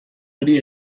hori